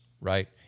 right